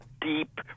deep